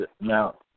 now